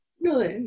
No